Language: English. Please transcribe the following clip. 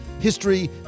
history